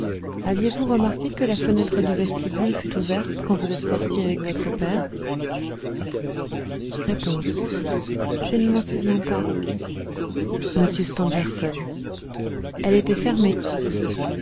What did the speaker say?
aviez-vous remarqué que la fenêtre du vestibule fût ouverte quand vous êtes sortie r je ne m'en souviens pas m stangerson elle était fermée